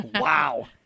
Wow